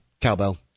cowbell